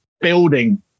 building